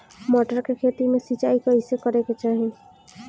मटर के खेती मे सिचाई कइसे करे के चाही?